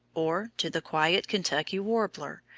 or to the quiet kentucky warbler,